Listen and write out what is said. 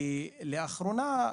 ולאחרונה,